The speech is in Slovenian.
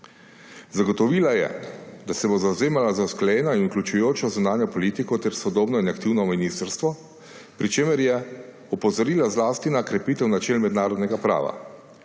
Zagotovila je, da se bo zavzemala za usklajeno in vključujočo zunanjo politiko ter sodobno in aktivno ministrstvo, pri čemer je opozorila zlasti na krepitev načel mednarodnega prava.